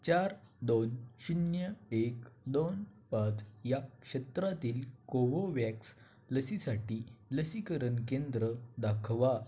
चार दोन शून्य एक दोन पाच या क्षेत्रातील कोवोवॅक्स लसीसाठी लसीकरण केंद्र दाखवा